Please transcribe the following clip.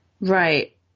Right